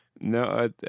No